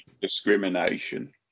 discrimination